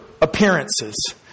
appearances